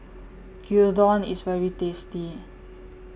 Gyudon IS very tasty